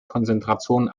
konzentration